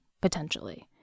potentially